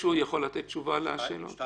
מישהו יכול לתת תשובה לשאלות?